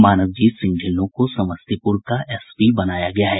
मानवजीत सिंह ढिल्लो को समस्तीपुर का एसपी बनाया गया है